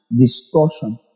distortion